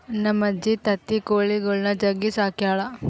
ನಮ್ಮಜ್ಜಿ ತತ್ತಿ ಕೊಳಿಗುಳ್ನ ಜಗ್ಗಿ ಸಾಕ್ಯಳ